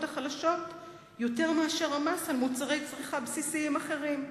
החלשות יותר מאשר המס על מוצרי צריכה בסיסיים אחרים,